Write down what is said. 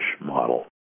model